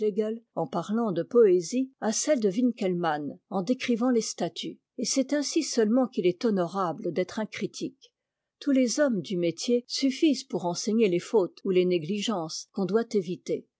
en parlant de poésie à celle de wincke mann en décrivant les statues et c'est ainsi seulement qu'il est honorable d'être un critique tous les hommes du métier suffisent pour enseigner les fautes ou les négligences qu'on doit éviter